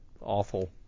awful